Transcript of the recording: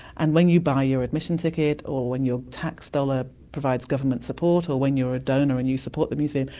and when you buy your admission ticket or when your tax dollar provides government support or when you're a donor and you support the museum,